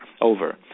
Over